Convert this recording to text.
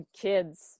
kids